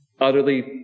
utterly